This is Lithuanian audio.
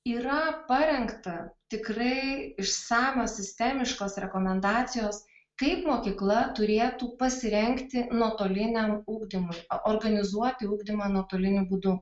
yra parengta tikrai išsamios sistemiškos rekomendacijos kaip mokykla turėtų pasirengti nuotoliniam ugdymui organizuoti ugdymą nuotoliniu būdu